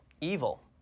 evil